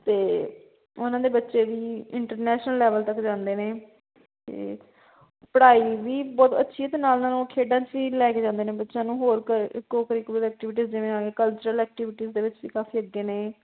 ਅਤੇ ਉਹਨਾਂ ਦੇ ਬੱਚੇ ਵੀ ਇੰਟਰਨੈਸ਼ਨਲ ਲੈਵਲ ਤੱਕ ਜਾਂਦੇ ਨੇ ਅਤੇ ਪੜ੍ਹਾਈ ਵੀ ਬਹੁਤ ਅੱਛੀ ਹੈ ਅਤੇ ਨਾਲ ਨਾਲ ਉਹ ਖੇਡਾਂ 'ਚ ਵੀ ਲੈ ਕੇ ਜਾਂਦੇ ਨੇ ਬੱਚਿਆਂ ਨੂੰ ਹੋਰ ਕ ਕੋਕਰੀਕੁਲਮ ਐਕਟਿਵੀਜ਼ ਜਿਵੇਂ ਆ ਕਲਚਰਲ ਐਕਟੀਵਿਟੀਜ਼ ਦੇ ਵਿੱਚ ਵੀ ਕਾਫ਼ੀ ਅੱਗੇ ਨੇ